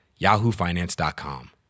yahoofinance.com